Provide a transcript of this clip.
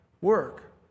work